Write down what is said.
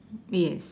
yes